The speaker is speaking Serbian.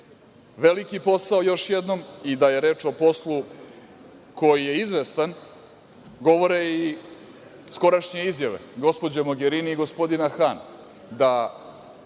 10.Veliki posao, još jednom, i da je reč o poslu koji je izvestan govore i skorašnje izjave gospođe Mogerini i gospodina Hana